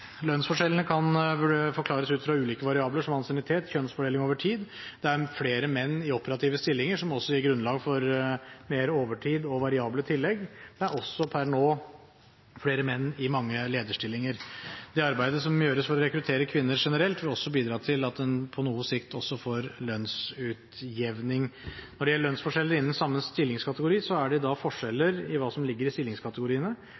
Lønnsforskjellene kan forklares ut fra ulike variabler, som ansiennitet og kjønnsfordeling over tid. Det er flere menn i operative stillinger, som også gir grunnlag for mer overtid og variable tillegg. Det er også per nå flere menn i mange lederstillinger. Det arbeidet som må gjøres for å rekruttere kvinner generelt, vil også bidra til at en på noe sikt får lønnsutjevning. Når det gjelder lønnsforskjeller innen samme stillingskategori, er det